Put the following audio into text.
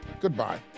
Goodbye